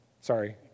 Sorry